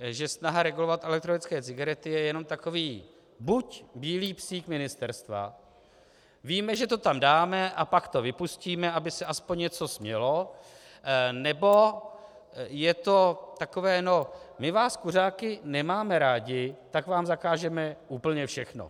že snaha regulovat elektronické cigarety je jenom takový buď bílý psík ministerstva víme, že to tam dáme, a pak to vypustíme, aby se aspoň něco smělo , nebo je to takové: no my vás kuřáky nemáme rádi, tak vám zakážeme úplně všechno.